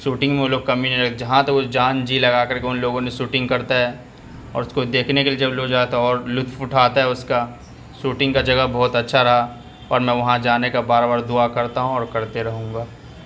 shooting وہ لوگ کمی نہیں جہاں تک وہ جان جی لگا کر کے ان لوگوں نے شوٹنگ کرتا ہے اور اس کو دیکھنے کے لیے جب لوگ جاتا ہے اور لطف اٹھاتا ہے اور اس کا شوٹنگ کا جگہ بہت اچھا رہا اور میں وہاں جانے کا بار بار دعا کرتا ہوں اور کرتے رہوں گا